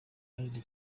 united